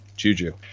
Juju